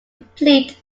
complete